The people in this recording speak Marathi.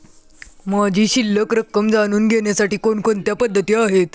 माझी शिल्लक रक्कम जाणून घेण्यासाठी कोणकोणत्या पद्धती आहेत?